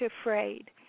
afraid